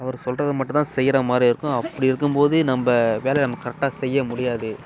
அவரு சொல்றதை மட்டும் தான் செய்கிற மாதிரி இருக்கும் அப்படி இருக்கும்போது நம்ப வேலையை நம்ப கரெக்டாக செய்ய முடியாது